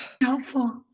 Helpful